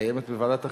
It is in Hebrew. קיימת בוועדת החינוך.